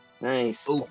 Nice